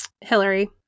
hillary